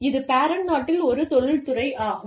இது பேரண்ட் நாட்டில் ஒரு தொழிற் துறை ஆகும்